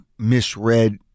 Misread